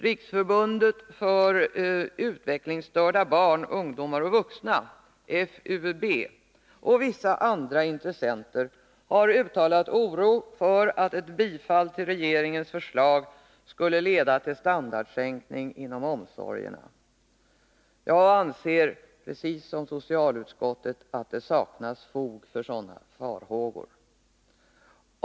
Riksförbundet för utvecklingsstörda barn, ungdomar och vuxna, FUB, och vissa andra intressenter har uttalat oro för att ett bifall till regeringens förslag skulle leda till standardsänkning inom omsorgerna. Jag anser, precis som socialutskottet, att det saknas fog för sådana farhågor.